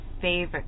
favorite